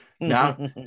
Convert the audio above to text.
Now